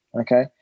okay